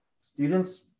students